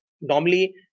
Normally